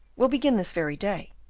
we'll begin this very day.